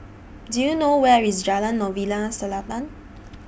Do YOU know Where IS Jalan Novena Selatan